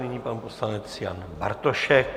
Nyní pan poslanec Jan Bartošek.